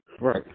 Right